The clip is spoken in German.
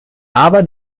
aber